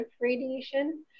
radiation